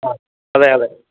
ആ അതെ അതെ